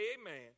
Amen